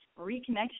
reconnection